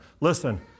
Listen